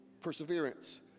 perseverance